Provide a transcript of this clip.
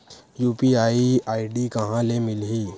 UPI ID कहां ले मिलही?